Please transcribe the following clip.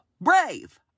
brave